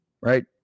right